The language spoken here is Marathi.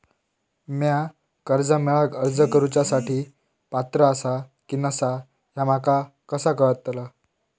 म्या कर्जा मेळाक अर्ज करुच्या साठी पात्र आसा की नसा ह्या माका कसा कळतल?